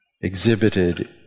exhibited